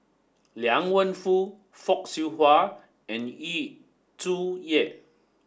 Liang Wenfu Fock Siew Wah and Yu Zhuye